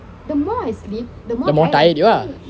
the more tired you are